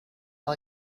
all